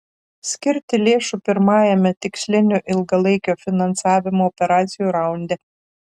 skirti lėšų pirmajame tikslinių ilgalaikio finansavimo operacijų raunde